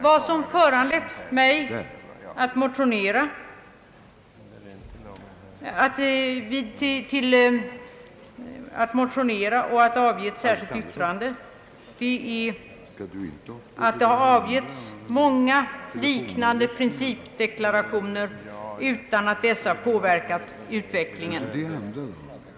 Vad som föranlett mig att motionera och att avge ett särskilt yttrande är att det gjorts många liknande principdeklarationer utan att dessa påverkat utvecklingen.